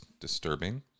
disturbing